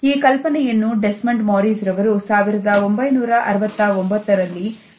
ಈ ಕಲ್ಪನೆಯನ್ನು Desmond Morris ರವರು 1969 ರಲ್ಲಿ ತಮ್ಮ ಕೃತಿಯಲ್ಲಿ ಸೂಚಿಸಿದ್ದಾರೆ